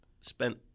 spent